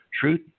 Truth